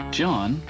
John